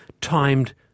timed